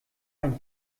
ein